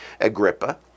Agrippa